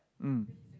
mm